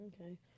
Okay